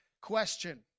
question